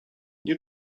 nie